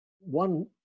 One